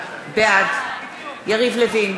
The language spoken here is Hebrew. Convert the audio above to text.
בעד יריב לוין,